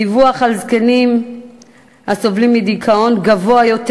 הדיווח על זקנים הסובלים מדיכאון גבוה יותר,